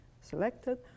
selected